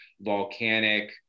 volcanic